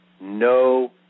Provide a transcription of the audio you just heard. no